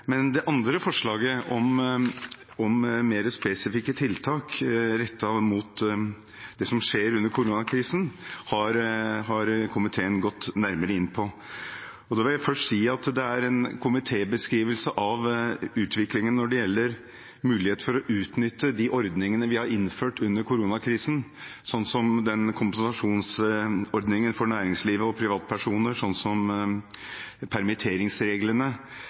Det andre forslaget, om mer spesifikke tiltak rettet mot det som skjer under koronakrisen, har komiteen gått nærmere inn på. Jeg vil først si at det er en komitébeskrivelse av utviklingen når det gjelder muligheten for å utnytte ordningene vi har innført under koronakrisen – som kompensasjonsordningen for næringslivet og privatpersoner, og permitteringsreglene.